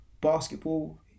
basketball